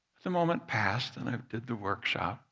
the moment passed and i did the workshop